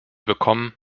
bekommen